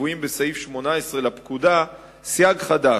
הקבועים בסעיף 18 לפקודה, סייג חדש,